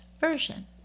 version